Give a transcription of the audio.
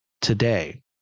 today